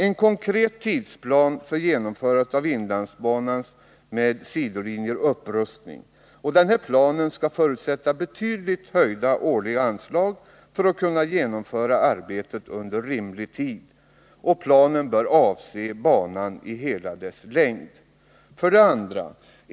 En konkret tidsplan för genomförandet av inlandsbanans och sidolinjernas upprustning. Denna plan skall förutsätta betydligt höjda årliga anslag för att arbetet skall kunna genomföras inom rimlig tid. Planen bör avse banan i hela dess längd. 2.